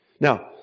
Now